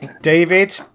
David